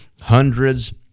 Hundreds